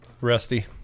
Rusty